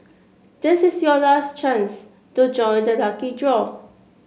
this is your last chance to join the lucky draw